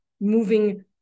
moving